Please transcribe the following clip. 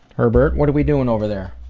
herbert what are we doing over there?